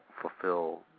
fulfill